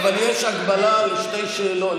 לו היית מבקש, אבל יש הגבלה לשני שואלים.